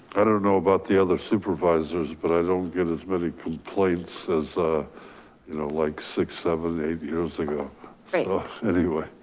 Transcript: i don't know about the other supervisors, but i don't get as many complaints as you know like six, seven, eight years ago. so anyway.